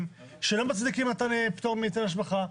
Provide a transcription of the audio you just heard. שלא מצדיקים מתן פטור מהיטל השבחה,